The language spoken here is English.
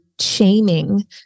shaming